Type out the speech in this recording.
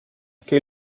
che